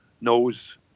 knows